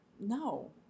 No